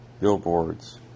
billboards